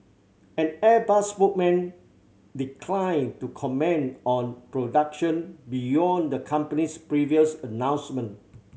an Airbus spokesman declined to comment on production beyond the company's previous announcement